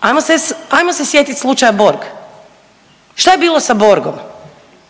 Ajmo se, ajmo se sjetit slučaja Borg, šta je bilo sa Borgom,